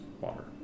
water